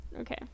Okay